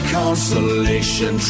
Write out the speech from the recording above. consolation